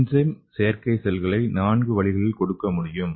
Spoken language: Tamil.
என்சைம் செயற்கை செல்களை நான்கு வழிகளில் கொடுக்க முடியும்